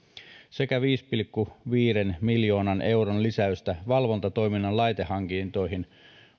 sekä viiden pilkku viiden miljoonan euron lisäystä valvontatoiminnan laitehankintoihin